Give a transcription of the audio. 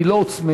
היא לא הוצמדה,